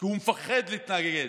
הוא מפחד להתנגד